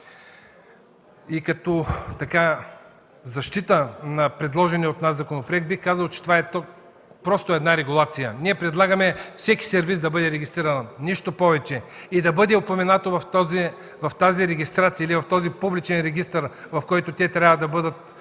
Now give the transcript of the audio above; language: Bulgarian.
Като защита на предложения от нас законопроект, бих казал, че това е просто една регулация. Ние предлагаме всеки сервиз да бъде регистриран – нищо повече. В тази регистрация или в този публичен регистър, в който те трябва да бъдат записани,